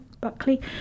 Buckley